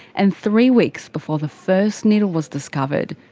and three weeks before the first needle was discovered,